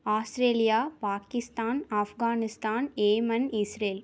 Australia Pakistan Afghanistan amen Israel